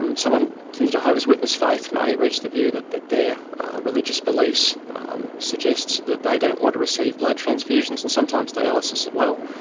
um someone from the jehovah's witness faith may reach the view that that their religious beliefs suggests that they didn't want to receive blood transfusions and sometimes dialysis as well,